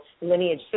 lineage